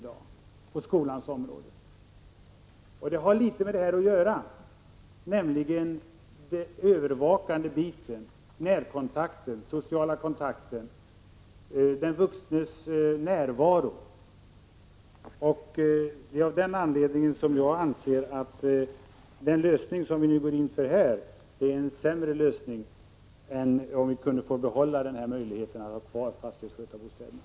Det gemensamma för dessa båda områden är den övervakande verksamheten, närkontakten, den sociala kontakten, den vuxnes närvaro. Det är av den anledningen som jag anser att den lösning vi nu går in för är sämre än att behålla möjligheten att ha kvar fastighetsskötarbostäderna.